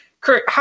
Kurt